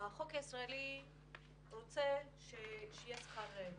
החוק הישראלי רוצה שיהיה שכר מינימום,